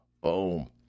Boom